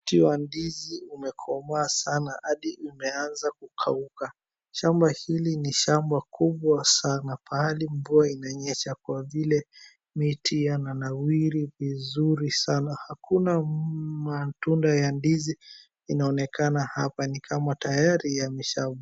Mti wa ndizi umekomaa sana hadi umeanza kukauka. Shamba hili ni shamba kubwa sana, pahali mvua imenyesha kwa vile miti yananawiri vizuri sana. Hakuna matunda ya ndizi inaonekana hapa, ni kama tayari yameshavunwa.